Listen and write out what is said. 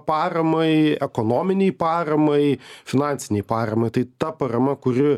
paramai ekonominei paramai finansinei paramai tai ta parama kuri